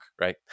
right